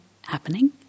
happening